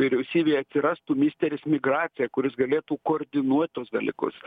vyriausybėj atsirastų misteris migracija kuris galėtų koordinuot tuos dalykus